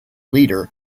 leader